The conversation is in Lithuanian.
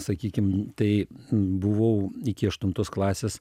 sakykim tai buvau iki aštuntos klasės